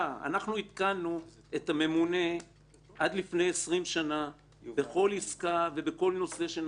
אנחנו עדכנו את הממונה עד לפני עשרים שנה בכל עסקה ובכל נושא שנעשה.